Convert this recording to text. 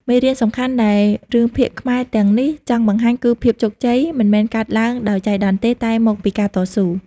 មេរៀន សំខាន់ដែលរឿងភាគខ្មែរទាំងនេះចង់បង្ហាញគឺភាពជោគជ័យមិនមែនកើតឡើងដោយចៃដន្យទេ តែមកពីការតស៊ូ។